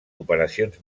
operacions